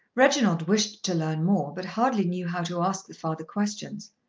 reginald wished to learn more but hardly knew how to ask the father questions.